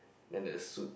then the suit